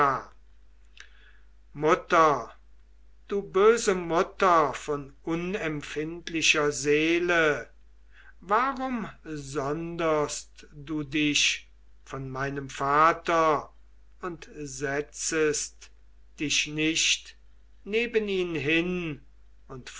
mutter du böse mutter von unempfindlicher seele warum sonderst du dich von meinem vater und setzest dich nicht neben ihn hin und